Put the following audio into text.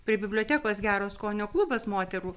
prie bibliotekos gero skonio klubas moterų